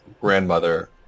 grandmother